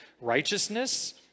righteousness